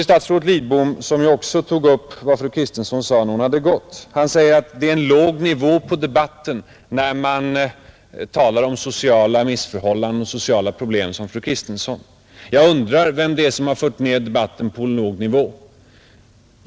Statsrådet Lidbom tog också upp vad fru Kristensson sade, när hon hade gått. Han sade att det är en låg nivå på debatten när man talar om sociala missförhållanden och problem så som fru Kristensson. Jag undrar vem som fört ned debatten på en låg nivå.